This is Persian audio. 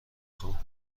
خوام